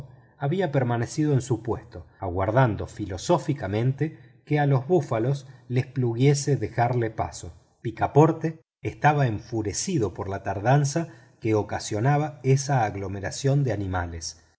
había permanecido en su puesto aguardando filosóficamente que a los búfalos les pluguiese dejarle paso picaporte estaba enfurecido por la tardanza que ocasionaba esa aglomeración de animales